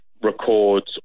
records